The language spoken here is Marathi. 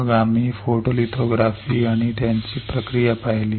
मग आम्ही फोटोलिथोग्राफी आणि त्याची प्रक्रिया पाहिली